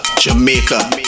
Jamaica